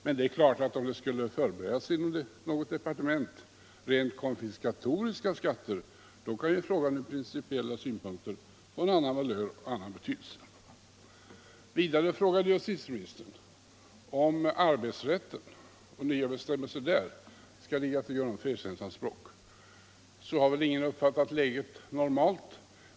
Men det är klart att om det skulle i något departement förberedas rent konfiskatoriska skatter, så kan ju frågan från principiella synpunkter få en annan valör och betydelse. Vidare frågade justitieministern om arbetsrätten och nya bestämmelser där skall ligga till grund för ersättningsanspråk. Nej, så har väl ingen uppfattat läget normalt.